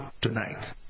tonight